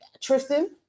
Tristan